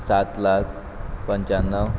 सात लाख पंच्याण्णव